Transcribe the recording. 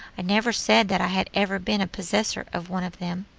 i never said that i had ever been a possessor of one of them.